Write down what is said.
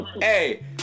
hey